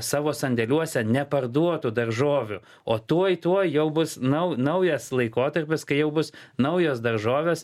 savo sandėliuose neparduotų daržovių o tuoj tuoj jau bus naujas laikotarpis kai jau bus naujos daržovės